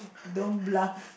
don't bluff